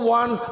one